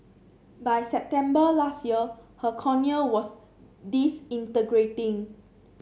by September last year her cornea was disintegrating